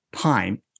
time